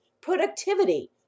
productivity